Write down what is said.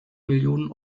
millionen